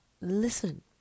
Listen